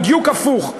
זה בדיוק הפוך.